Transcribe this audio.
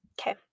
Okay